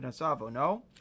No